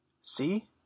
See